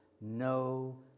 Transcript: no